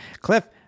Cliff